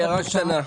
רק הערה קטנה.